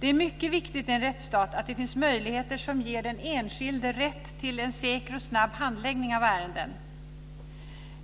Det är mycket viktigt i en rättsstat att det finns möjligheter som ger den enskilde rätt till en säker och snabb handläggning av ärenden.